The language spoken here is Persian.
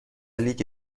لیگ